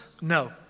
No